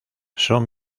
son